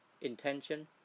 intention